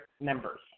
members